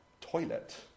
toilet